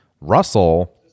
Russell